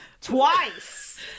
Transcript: twice